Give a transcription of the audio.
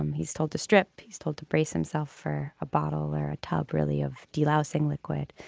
um he's told to strip he's told to brace himself for a bottle or a tub really of de-listing liquid.